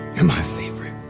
and my favorite